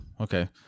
okay